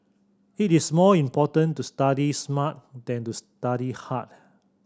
it is more important to study smart than to study hard